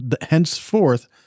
henceforth